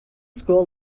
school